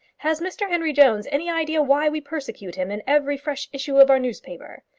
has mr henry jones any idea why we persecute him in every fresh issue of our newspaper?